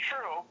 true